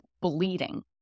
bleeding